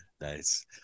Nice